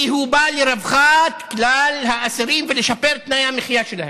כי הוא בא לרווחת כלל האסירים ולשיפור תנאי המחיה שלהם,